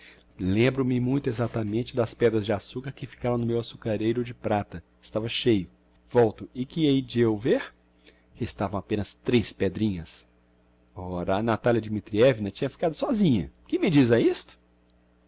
lembro-me muito exactamente das pedras de açucar que ficaram no meu açucareiro de prata estava cheio volto e que hei de eu ver restavam apenas tres pedrinhas ora a natalia dmitrievna tinha ficado sósinha que me diz a isto